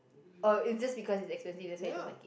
oh it's just because it's expensive that's why you don't like it